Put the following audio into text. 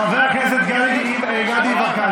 חבר הכנסת גדי יברקן,